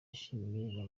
yashimiye